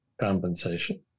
compensation